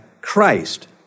Christ